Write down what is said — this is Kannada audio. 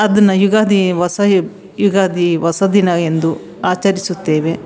ಅದನ್ನು ಯುಗಾದಿ ಒಸ ಯುಗಾದಿ ಹೊಸದಿನ ಎಂದು ಆಚರಿಸುತ್ತೇವೆ